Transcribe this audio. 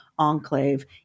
enclave